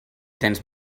tens